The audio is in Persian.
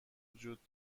وجود